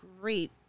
great